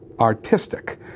artistic